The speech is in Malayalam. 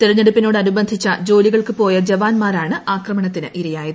തിരഞ്ഞെടുപ്പിനോടനുബന്ധിച്ച ജോലികൾക്ക് പോയ ജവാന്മാരാണ് ആക്രമണത്തിനിരയായത്